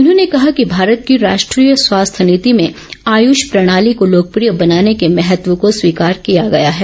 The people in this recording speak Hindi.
उन्होंने कहा कि भारत की राष्ट्रीय स्वास्थ्य नीति में आयुष प्रणाली को लोकप्रिय बनाने के महत्व को स्वीकार किया गया है